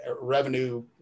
revenue